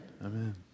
Amen